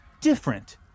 different